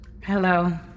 Hello